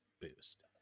boost